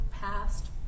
past